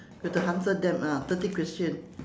we have to answer them ah thirty question